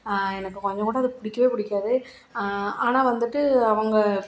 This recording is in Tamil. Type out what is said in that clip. எனக்கு கொஞ்சங்கூட அது பிடிக்கவே பிடிக்காது ஆனால் வந்துட்டு அவங்க